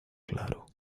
claro